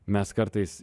mes kartais